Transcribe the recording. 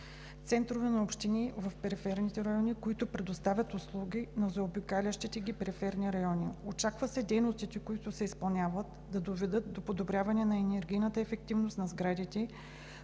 центрове на общини в периферните райони, които предоставят услуги на заобикалящите ги периферни райони. Очаква се дейностите, които се изпълняват, да доведат до подобряване на енергийната ефективност на сградите,